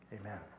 amen